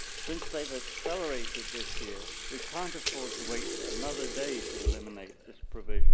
since they've accelerated this year, we can't afford to wait another day to eliminate this provision